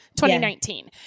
2019